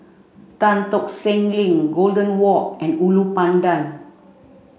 Tan Tock Seng Link Golden Walk and Ulu Pandan